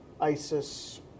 ISIS